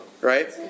Right